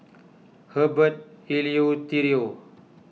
Herbert Eleuterio